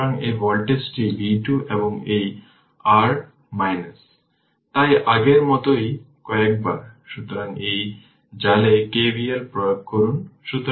সুতরাং এটি হল i t 2 5 e এর পাওয়ার এটি হল কারেন্ট ডিভিশন কেবলমাত্র এই 4 এর মধ্য দিয়ে প্রবাহিত কারেন্ট এবং 1 Ω প্যারালাল